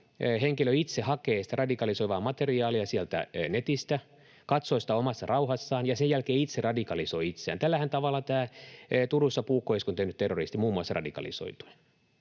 henkilö itse hakee sitä radikalisoivaa materiaalia netistä, katsoo sitä omassa rauhassaan ja sen jälkeen itse radikalisoi itseään. Tällä tavallahan muun muassa tämä Turussa puukkoiskun tehnyt terroristi radikalisoitui.